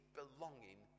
belonging